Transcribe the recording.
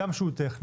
הגם שהוא טכני,